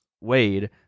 Wade